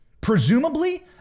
Presumably